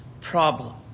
problem